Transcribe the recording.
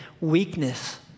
weakness